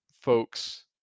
folks